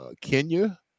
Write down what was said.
Kenya